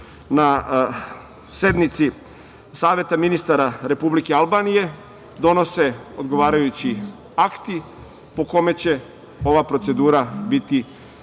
na sednici Saveta ministara Republike Albanije donose odgovarajući akti po kome će ova procedura biti